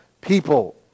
people